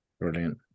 Brilliant